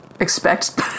expect